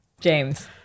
James